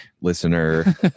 listener